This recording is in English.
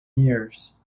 years